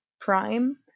Prime